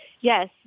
Yes